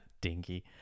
Dinky